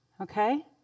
Okay